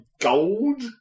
gold